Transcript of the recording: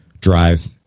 drive